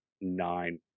nine